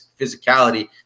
physicality